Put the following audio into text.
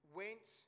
went